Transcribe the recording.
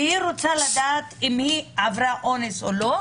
שרוצה לדעת אם היא עברה אונס או לא,